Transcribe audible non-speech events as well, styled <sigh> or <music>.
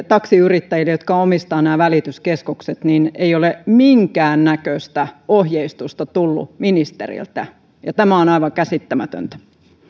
<unintelligible> taksiyrittäjille jotka omistavat nämä välityskeskukset minkäännäköistä ohjeistusta tullut ministeriöltä ja tämä on aivan käsittämätöntä